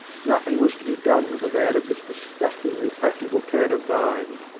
nothing was to be done with a man of this dis gustingly practical turn of mind,